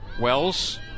Wells